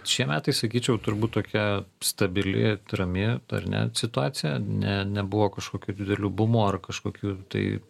šie metai sakyčiau turbūt tokia stabili rami ar ne situacija ne nebuvo kažkokių didelių bumų ar kažkokių tai